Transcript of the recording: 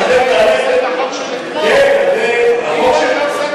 ולכן אין לי ספק,